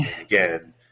again